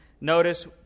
notice